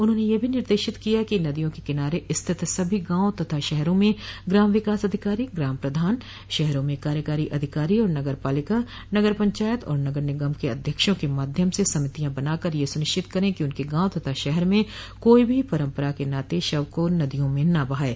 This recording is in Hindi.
उन्होंने यह भी निर्देशित किया कि नदियों के किनारे स्थित सभी गांव तथा शहरों में ग्राम विकास अधिकारी ग्राम प्रधान शहारों में कार्यकारी अधिकारो और नगर पालिका नगर पंचायत और नगर निगम के अध्यक्षों के माध्यम से समितियां बनाकर यह सुनिश्चित करे कि उनके गांव तथा शहर में कोई भी परम्परा के नाते शव को नदियों में न बहाये